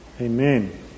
Amen